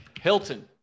Hilton